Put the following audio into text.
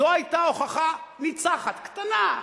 שזו היתה הוכחה ניצחת, קטנה.